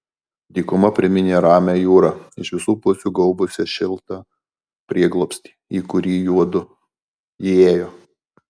dykuma priminė ramią jūrą iš visų pusių gaubusią šiltą prieglobstį į kurį juodu įėjo